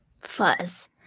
fuzz